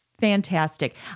fantastic